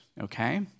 Okay